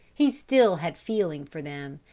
he still had feeling for them,